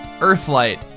Earthlight